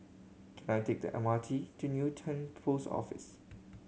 can I take the M R T to Newton Post Office